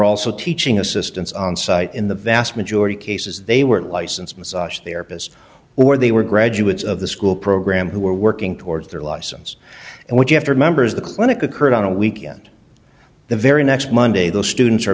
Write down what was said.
also teaching assistants on site in the vast majority cases they were licensed massage therapist or they were graduates of the school program who were working towards their license and what you have to remember is the clinic occurred on a weekend the very next monday the students are